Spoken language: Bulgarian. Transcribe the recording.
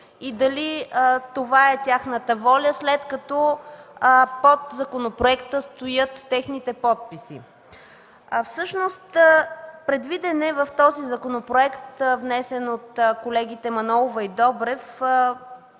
и дали това е тяхната воля, след като под законопроекта стоят техните подписи? Всъщност в този законопроект, внесен от колегите Манолова и Добрев,